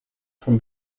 from